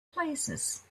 places